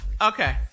Okay